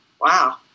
Wow